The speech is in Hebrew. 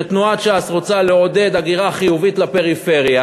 כי תנועת ש"ס רוצה לעודד הגירה חיובית לפריפריה: